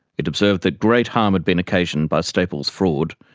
it observed that great harm had been occasioned by stapel's fraud,